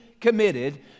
committed